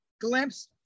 glimpse